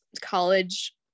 college